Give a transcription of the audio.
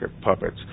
puppets